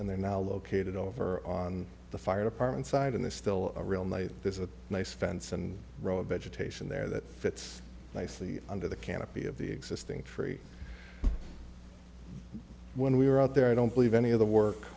and they're now located over on the fire department side in the still a real knight there's a nice fence and row of vegetation there that fits nicely under the canopy of the existing free when we were out there i don't believe any of the work